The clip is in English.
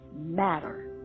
matter